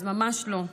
אז ממש לא.